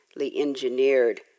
engineered